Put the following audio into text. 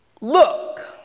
look